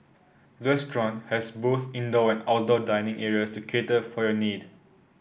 restaurant has both indoor and outdoor dining area to cater for your need